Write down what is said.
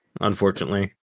Unfortunately